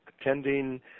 attending